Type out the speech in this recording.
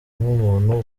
nk’umuntu